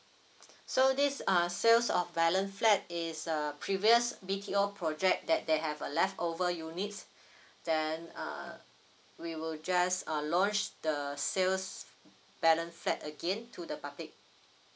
so this uh sales of balance flat is uh previous B_T_O project that they have a leftover units then uh we will just uh launch the sales balance flat again to the public